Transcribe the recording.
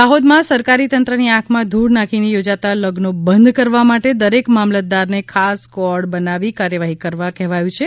દાહોદમાં સરકારી તંત્રની આંખમાં ધૂળ નાંખીને યોજાતા લગ્નો બંધ કરાવવા માટે દરેક મામલતદારને ખાસ સ્કવોડ બનાવી કાર્યવાહી કરવા કહેવાયું છે